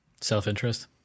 Self-interest